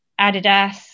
adidas